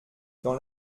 dans